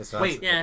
Wait